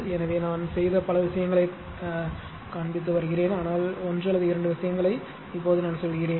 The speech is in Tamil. எனவே நான் செய்த பல விஷயங்களை காண்பித்து வருகிறேன் ஆனால் ஒன்று அல்லது இரண்டு விஷயங்களை இப்போது நான் சொல்கிறேன்